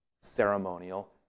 Ceremonial